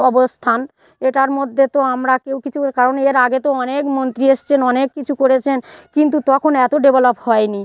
অবস্থান এটার মধ্যে তো আমরা কেউ কিছু এ কারণ এর আগে তো অনেক মন্ত্রী এসেছেন অনেক কিছু করেছেন কিন্তু তখন এত ডেভেলপ হয়নি